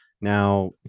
Now